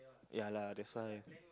ya lah that's why